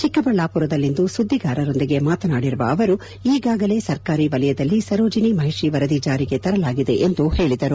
ಚಿಕ್ಕಬಳ್ಳಾಪುರದಲ್ಲಿಂದು ಸುದ್ದಿಗಾರರೊಂದಿಗೆ ಮಾತನಾಡಿರುವ ಅವರು ಈಗಾಗಲೇ ಸರ್ಕಾರಿ ವಲಯದಲ್ಲಿ ಸರೋಜಿನಿ ಮಹಿಷಿ ವರದಿ ಜಾರಿಗೆ ತರಲಾಗಿದೆ ಎಂದು ಹೇಳಿದರು